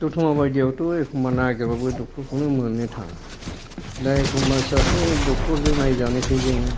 दत'मा बायदियावथ' एखम्बा नागिरबाबो डक्ट'रखौनो मोन्नो थाङा दा एखम्बा सासे डक्ट'रजों नायजानोसै जोङो